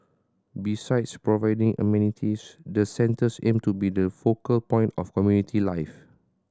besides providing amenities the centres aim to be the focal point of community life